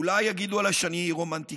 אולי יגידו עליי שאני רומנטיקן,